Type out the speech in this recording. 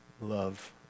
love